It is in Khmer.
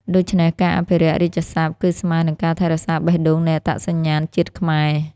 ដូច្នេះ ការអភិរក្សរាជសព្ទគឺស្មើនឹងការថែរក្សាបេះដូងនៃអត្តសញ្ញាណជាតិខ្មែរ។